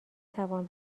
توان